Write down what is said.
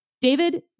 David